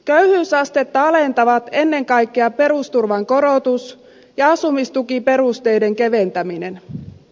köyhyysastetta alentavat ennen kaikkea perusturvan korotus ja asumistukiperusteiden keventäminen